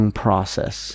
process